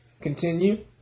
Continue